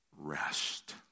rest